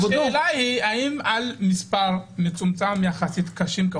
השאלה היא האם על מספר מצומצם יחסית של חולים קשים,